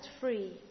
free